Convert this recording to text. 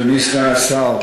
אדוני סגן השר,